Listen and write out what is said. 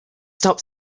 stop